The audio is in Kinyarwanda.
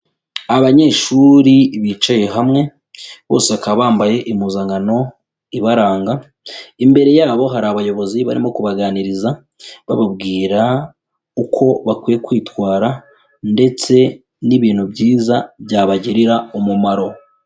Abanyeshuri bicaye hamwe, bose bakaba bambaye impuzankano ibaranga, imbere yabo hari abayobozi barimo kubaganiriza, bababwira uko bakwiye kwitwara ndetse n'ibintu byiza byabagirira umumaro.